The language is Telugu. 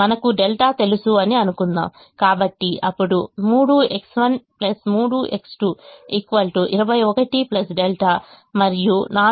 మనకు ẟ తెలుసు అని అనుకుందాం కాబట్టి అప్పుడు3X1 3X2 21 ẟ మరియు 4X1 3X2 24